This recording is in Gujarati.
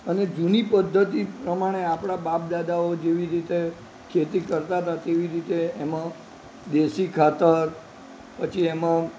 અને જૂની પદ્ધતિ પ્રમાણે આપણા બાપ દાદાઓ જેવી રીતે ખેતી કરતા હતા તેવી રીતે એમાં દેશી ખાતર પછી એમાં